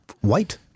white